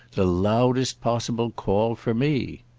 the loudest possible call for me.